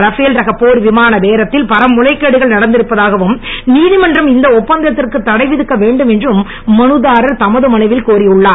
Rafale ரச போர் விமான பேரத்தில் பல முறைகேடுகள் நடந்திருப்பதாகவும் நீதிமன்றம் இந்த ஒப்பந்தத்திற்கு தடை விதிக்க வேண்டும் என்றும் மனுதாரர் தமது மனுவில் கோரியுள்ளார்